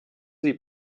sie